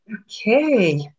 Okay